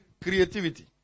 Creativity